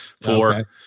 four